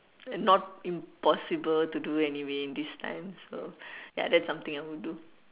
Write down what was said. not impossible to do anyway in this time so ya that's something I would do